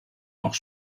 auch